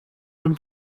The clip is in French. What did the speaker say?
même